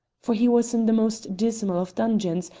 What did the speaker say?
for he was in the most dismal of dungeons,